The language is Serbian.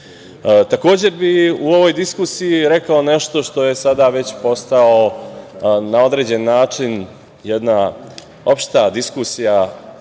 bih u ovoj diskusiji rekao nešto što je sada postalo na određen način jedna opšta diskusija